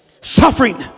Suffering